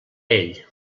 ell